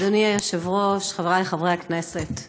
אדוני היושב-ראש, חבריי חברי הכנסת,